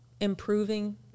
improving